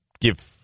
give –